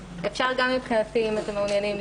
אפשר לשמוע את הפרקליטות, אם אתם מעוניינים.